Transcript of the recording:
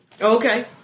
Okay